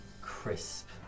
crisp